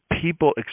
people